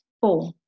Four